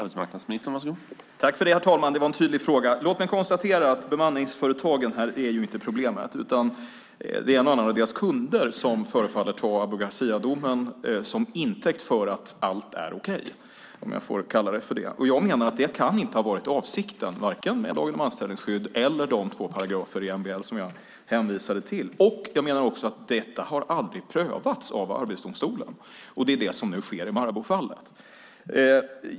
Herr talman! Det var en tydlig fråga. Låt mig konstatera att det inte är bemanningsföretagen som är problemet. En och annan av deras kunder förefaller att ta Abu Garcia-domen som intäkt för att allt är okej. Jag menar att det inte kan ha varit avsikten, vare sig med lagen om anställningsskydd eller med de två paragrafer i MBL som jag hänvisade till. Jag menar också att detta aldrig har prövats av Arbetsdomstolen. Det sker nu i Maraboufallet.